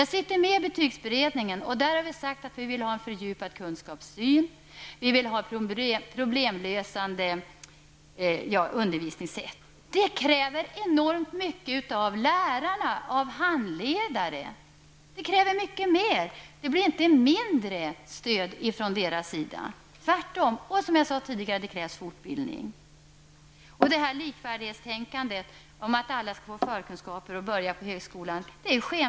Jag sitter med i betygsberedningen, och där har vi sagt att vi vill ha en fördjupad kunskapssyn och ett problemlösande undervisningssätt. Det kräver enormt mycket av lärarna och handledarna. Deras elevstödjande verksamhet får inte minska utan tvärtom öka. Likaså krävs det fortbildning. Detta likvärdighetstänkande om att alla skall få tillräckliga förkunskaper och direkt efter gymnasiet kunna börja på högskolan är skenbart.